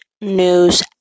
news